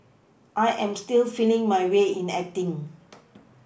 I am still feeling my way in acting